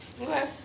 Okay